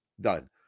Done